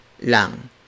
lang